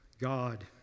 God